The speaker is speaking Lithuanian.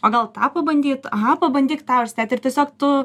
o gal tą pabandyt aha pabandyk tą užsidėt ir tiesiog tu